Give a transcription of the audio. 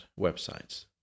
websites